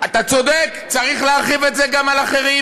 אתה צודק, צריך להרחיב את זה גם על אחרים.